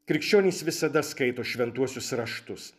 krikščionys visada skaito šventuosius raštus